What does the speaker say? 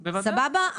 סבבה ?